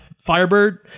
firebird